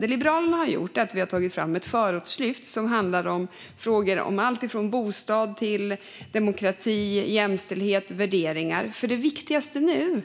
Det Liberalerna har gjort är att ta fram ett förortslyft som handlar om alltifrån bostadsfrågor till frågor om demokrati, jämställdhet och värderingar. Det viktigaste nu